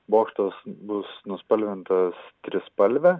bokštas bus nuspalvintas trispalve